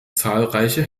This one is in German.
zahlreiche